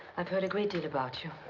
i've heard a great deal about you.